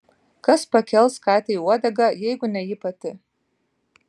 kas pakels katei uodegą jeigu ne ji pati